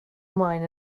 ymlaen